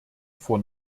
vor